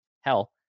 hell